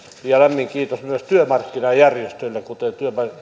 ja lämmin kiitos myös työmarkkinajärjestöille kuten